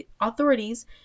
authorities